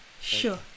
Sure